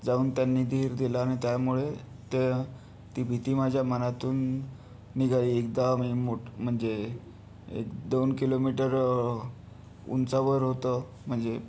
जाऊन त्यांनी धीर दिला आणि त्यामुळे त्या ती भीती माझ्या मनातून निघाली एकदा मी मोठं म्हणजे एक दोन किलोमीटर उंचावर होतं म्हणजे